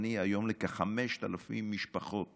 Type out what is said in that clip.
פרטני לכ-5,000 משפחות